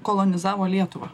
kolonizavo lietuvą